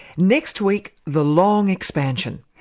next week, the long expansion.